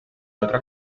otra